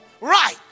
right